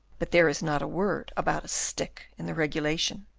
but there is not a word about a stick in the regulation.